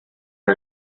are